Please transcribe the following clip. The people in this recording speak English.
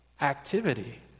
activity